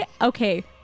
Okay